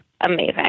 amazing